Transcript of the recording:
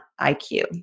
IQ